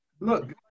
Look